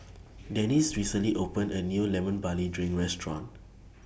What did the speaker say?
Denis recently opened A New Lemon Barley Drink Restaurant